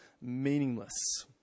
meaningless